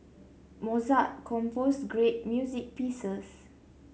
Mozart composed great music pieces